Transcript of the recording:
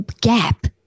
gap